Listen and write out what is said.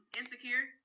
Insecure